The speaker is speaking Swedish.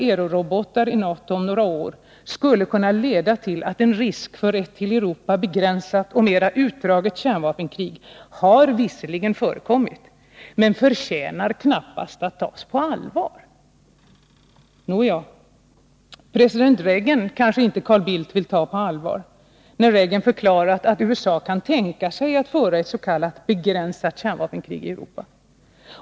eurorobotar i NATO om några år skulle kunna leda till att en risk för ett till Europa begränsat och mera utdraget kärnvapenkrig har visserligen förekommit, men förtjänar knappast att tas på allvar.” Nåja, president Reagan kanske inte Carl Bildt vill ta på allvar när Reagan förklarat att USA kan tänka sig att föra ett ”begränsat” kärnvapenkrig i Europa.